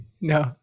no